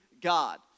God